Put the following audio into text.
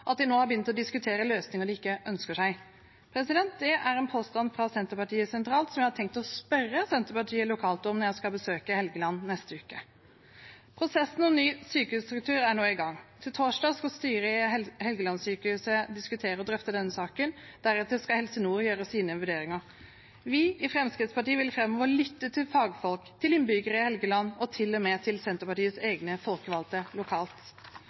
at de nå har begynt å diskutere løsninger de ikke ønsker seg. Det er en påstand fra Senterpartiet sentralt som jeg har tenkt å spørre Senterpartiet lokalt om når jeg skal besøke Helgeland neste uke. Prosessen om ny sykehusstruktur er nå i gang. På torsdag skal styret ved Helgelandssykehuset diskutere og drøfte denne saken. Deretter skal Helse Nord gjøre sine vurderinger. Vi i Fremskrittspartiet vil framover lytte til fagfolk, til innbyggerne på Helgeland og til og med til Senterpartiets egne folkevalgte lokalt.